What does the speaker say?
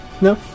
No